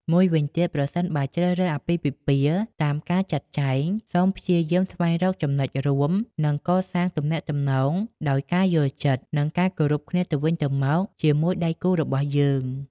មួយវិញទៀត ប្រសិនបើជ្រើសរើសអាពាហ៍ពិពាហ៍តាមការចាត់ចែង សូមព្យាយាមស្វែងរកចំណុចរួម និងកសាងទំនាក់ទំនងដោយការយល់ចិត្ត និងការគោរពគ្នាទៅវិញទៅមកជាមួយដៃគូរបស់យើង។